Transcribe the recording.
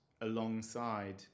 alongside